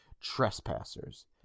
trespassers